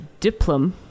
Diplom